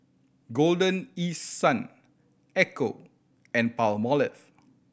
Golden East Sun Ecco and Palmolive